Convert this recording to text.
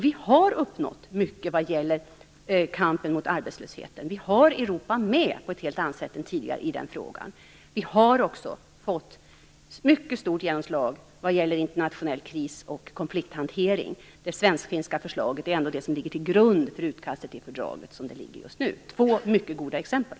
Vi har uppnått mycket vad gäller kampen mot arbetslösheten. Vi har Europa med på ett helt annat sätt än tidigare i den frågan. Vi har också fått mycket stort genomslag vad gäller internationell kris och konflikthantering. Det svensk-finska förslaget ligger som grund för utkastet till fördraget - så som det ser ut just nu. Detta var två mycket goda exempel.